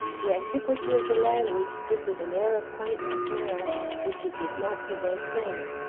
the antiquity of the language gives it an air of quaintness now which it did not possess then.